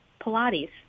Pilates